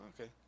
okay